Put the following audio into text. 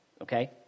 okay